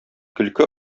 көлке